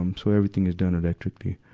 um so everything is done electrically.